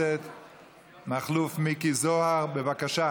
אנחנו ניגשים